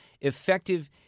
effective